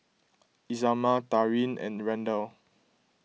Isamar Taryn and Randal